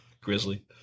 Grizzly